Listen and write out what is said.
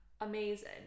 Amazing